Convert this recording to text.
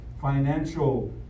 financial